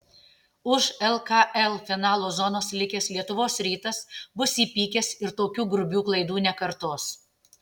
už lkl finalo zonos likęs lietuvos rytas bus įpykęs ir tokių grubių klaidų nekartos